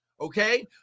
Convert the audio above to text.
Okay